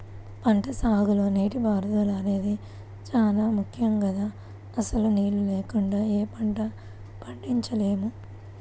పంటసాగులో నీటిపారుదల అనేది చానా ముక్కెం గదా, అసలు నీళ్ళు లేకుండా యే పంటా పండించలేము